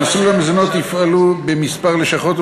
מסלול המזונות יפעל בכמה לשכות,